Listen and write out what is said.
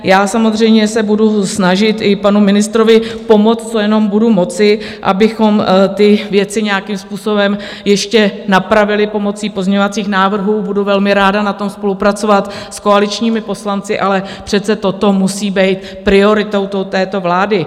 Já se samozřejmě budu snažit i panu ministrovi pomoct, co jenom budu moci, abychom ty věci nějakým způsobem ještě napravili pomocí pozměňovacích návrhů, budu velmi ráda na tom spolupracovat s koaličními poslanci, ale přece toto musí být prioritou této vlády!